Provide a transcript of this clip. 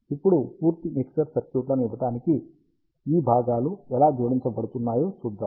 ఇప్పుడు పూర్తి mixer circuit లను ఇవ్వడానికి ఈ భాగాలు ఎలా జోడించబడుతున్నాయో చూద్దాం